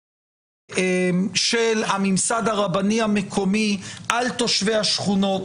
של הממסד הרבני המקומי על תושבי השכונות.